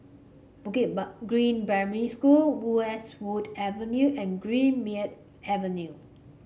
Green Primary School Westwood Avenue and Greenmead Avenue